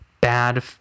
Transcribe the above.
bad